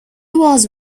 was